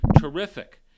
Terrific